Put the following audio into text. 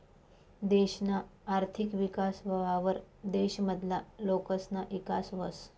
देशना आर्थिक विकास व्हवावर देश मधला लोकसना ईकास व्हस